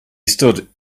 stood